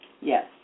Yes